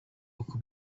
uko